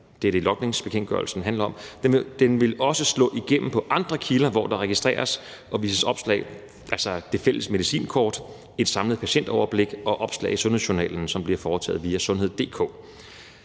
det er det, logningsbekendtgørelsen handler om – men den vil også slå igennem på andre kilder, hvor der registreres og vises opslag, altså Fælles Medicinkort, Et Samlet Patientoverblik og opslag i sundhedsjournalen, som bliver foretaget via sundhed.dk.